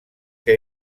què